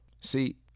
See